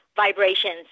vibrations